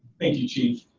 thank you, chief.